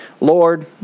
Lord